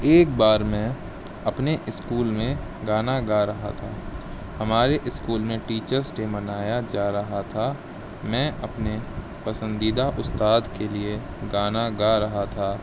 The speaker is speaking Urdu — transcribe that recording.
ایک بار میں اپنے اسکول میں گانا گا رہا تھا ہمارے اسکول میں ٹیچرس ڈے منایا جا رہا تھا میں اپنے پسندیدہ استاد کے لیے گانا گا رہا تھا